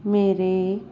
ਮੇਰੇ